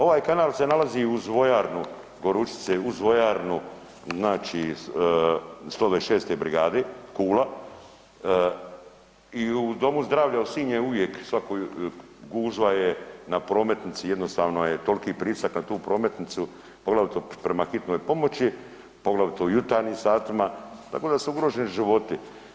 Ovaj kanal se nalazi uz vojarnu, Gorućice, uz vojarnu znači 126. brigade Kula, i u Domu zdravlja u Sinju je uvijek svako, gužva je na prometnici, jednostavno je toliki pritisak na tu prometnicu, poglavito prema hitnoj pomoći, poglavito u jutarnjim satima, tako da su ugroženi životi.